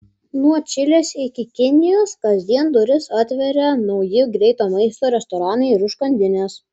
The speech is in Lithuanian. nuo čilės iki kinijos kasdien duris atveria nauji greito maisto restoranai ir užkandinės